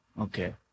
Okay